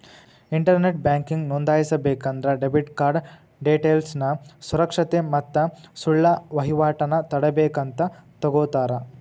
internet banking ನೋಂದಾಯಿಸಬೇಕಂದ್ರ debit card ಡೇಟೇಲ್ಸ್ನ ಸುರಕ್ಷತೆ ಮತ್ತ ಸುಳ್ಳ ವಹಿವಾಟನ ತಡೇಬೇಕಂತ ತೊಗೋತರ